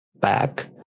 back